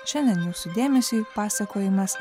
šiandien jūsų dėmesiui pasakojimas